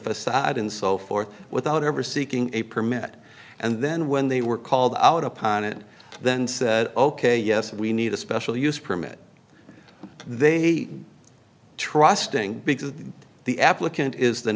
facade and so forth without ever seeking a permit and then when they were called out upon it then said ok yes we need a special use permit they hate trusting because the applicant is the